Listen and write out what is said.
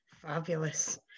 fabulous